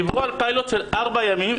דיברו על פיילוט של ארבעה ימים,